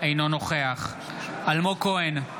אינו נוכח אלמוג כהן,